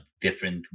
different